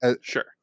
Sure